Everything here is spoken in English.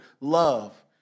love